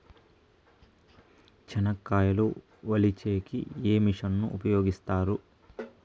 చెనక్కాయలు వలచే కి ఏ మిషన్ ను ఉపయోగిస్తారు?